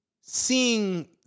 seeing